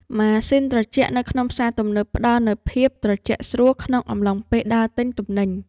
ម៉ាស៊ីនត្រជាក់នៅក្នុងផ្សារទំនើបផ្ដល់នូវភាពត្រជាក់ស្រួលក្នុងអំឡុងពេលដើរទិញទំនិញ។